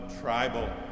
tribal